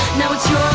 now it's your